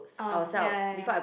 oh ya ya ya